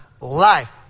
Life